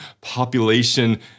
population